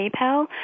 PayPal